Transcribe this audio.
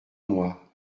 moi